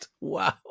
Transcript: Wow